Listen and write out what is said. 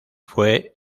fue